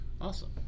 Awesome